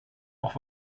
auch